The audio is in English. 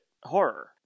horror